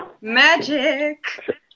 Magic